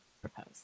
propose